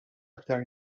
iktar